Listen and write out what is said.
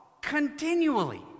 continually